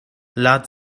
ladd